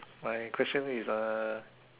my question is uh